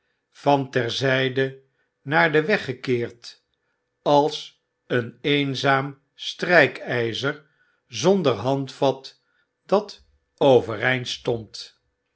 van ter zyde naar den weg gekeerd als een eenzaam strijkyzer zonder handvat dat overeind stond